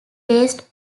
based